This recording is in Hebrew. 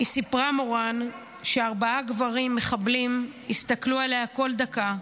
מורן סיפרה שארבעה גברים מחבלים הסתכלו עליה כל דקה,